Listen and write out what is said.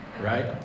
Right